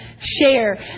share